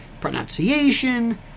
pronunciation